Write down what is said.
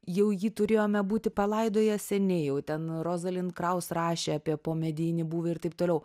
jau jį turėjome būti palaidoję seniai jau ten rozalin kraus rašė apie pomedinį būvį ir taip toliau